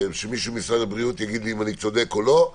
שמישהו ממשרד הבריאות יגיד לי אם אני צודק או לא,